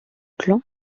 clans